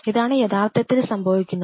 ഇതാണ് യഥാർത്ഥത്തിൽ സംഭവിക്കുന്നത്